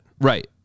Right